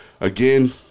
again